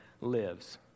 lives